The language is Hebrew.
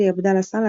עלי עבדאללה סאלח,